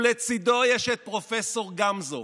ולצידו יש את פרופ' גמזו,